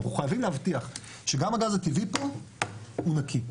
אבל אנחנו חייבים להבטיח שגם הגז הטבעי פה הוא נקי,